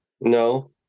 No